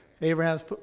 Abraham's